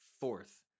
fourth